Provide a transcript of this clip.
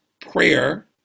prayer